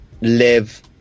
live